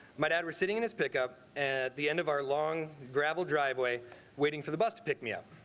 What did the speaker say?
my dad was sitting in his pickup at the end of our long gravel driveway waiting for the bus to pick me up.